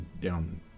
down